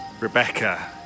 Rebecca